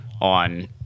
on